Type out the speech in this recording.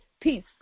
peace